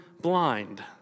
blind